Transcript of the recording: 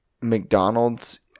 McDonald's